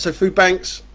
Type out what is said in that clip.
so food banks.